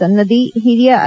ಸನ್ನದಿ ಹಿರಿಯ ಐ